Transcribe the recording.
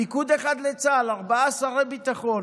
פיקוד אחד לצה"ל, ארבעה שרי ביטחון.